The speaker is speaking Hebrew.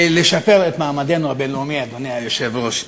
לשפר את מעמדנו הבין-לאומי, אדוני היושב-ראש?